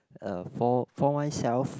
uh for for myself